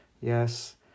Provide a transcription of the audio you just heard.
Yes